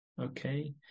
Okay